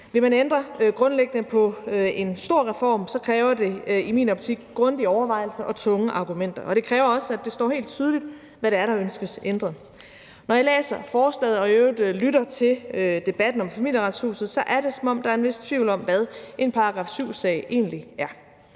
Vil man ændre grundlæggende på en stor reform, kræver det i min optik grundige overvejelser og tunge argumenter, og det kræver også, at det står helt tydeligt, hvad det er, der ønskes ændret. Når jeg læser forslaget og i øvrigt lytter til debatten om Familieretshuset, er det, som om der er en vis tvivl om, hvad en § 7-sag egentlig er.